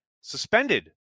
suspended